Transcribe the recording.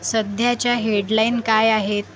सध्याच्या हेडलाईन काय आहेत